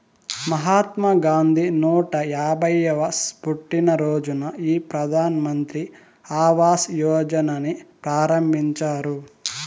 మహాత్మా గాంధీ నూట యాభైయ్యవ పుట్టినరోజున ఈ ప్రధాన్ మంత్రి ఆవాస్ యోజనని ప్రారంభించారు